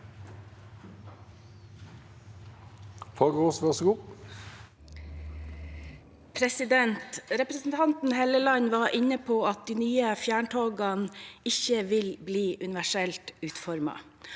Representanten Helleland var inne på at de nye fjerntogene ikke vil bli universelt utformet.